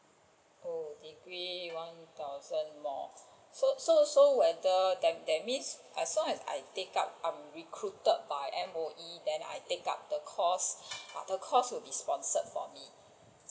oh degree one thousand more so so so whether that that means as long as I take up I am recruited by M_O_E then I take up the course ah the course will be sponsored for me